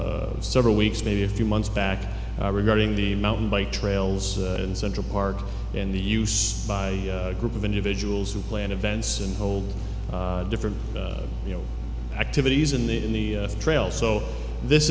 had several weeks maybe a few months back regarding the mountain bike trails in central park and the use by a group of individuals who planned events and hold different you know activities in the in the trail so this